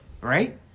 Right